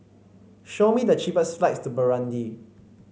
show me the cheapest flights to Burundi